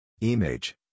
Image